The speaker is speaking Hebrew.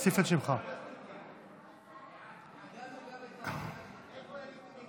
להפוך את הצעת חוק הביטוח הלאומי (תיקון,